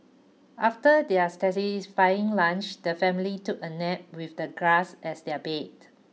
after their satisfying lunch the family took a nap with the grass as their bed